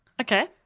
Okay